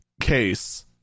case